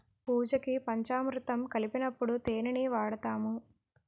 పూజకి పంచామురుతం కలిపినప్పుడు తేనిని వాడుతాము